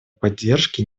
поддержки